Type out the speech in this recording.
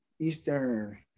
Eastern